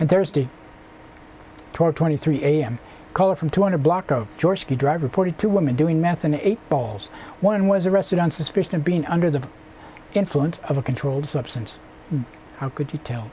and thursday toward twenty three am caller from two hundred block of georgia drive reported two women doing math and eight balls one was arrested on suspicion of being under the influence of a controlled substance how could you t